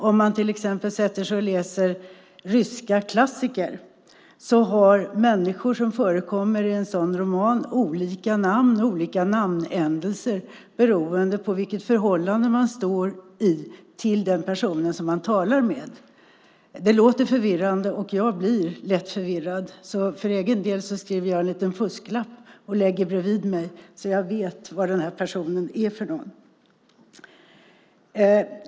Om man läser ryska klassiker finner man där att människor i en sådan roman har olika namn och olika namnändelser beroende på i vilket förhållande de står till den som talar. Det låter förvirrande, och jag blir lätt förvirrad, så för egen del skriver jag en liten fusklapp och lägger bredvid mig, så att jag kan hålla reda på personerna.